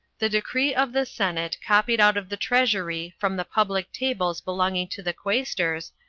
the decree of the senate, copied out of the treasury, from the public tables belonging to the quaestors,